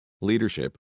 Leadership